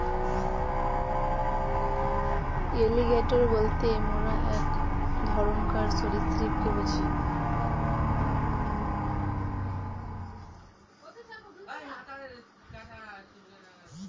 alligator বলতে মোরা এক ধরণকার সরীসৃপকে বুঝি